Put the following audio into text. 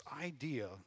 idea